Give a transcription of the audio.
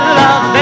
love